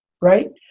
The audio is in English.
right